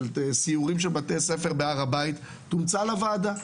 של סיורים של בתי ספר בהר הבית תומצא לוועדה,